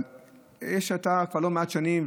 אתה כבר לא מעט שנים,